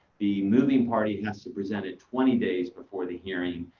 the moving party has to present it twenty days before the hearing.